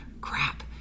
crap